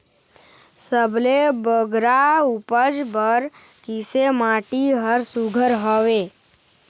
सबले बगरा उपज बर किसे माटी हर सुघ्घर हवे?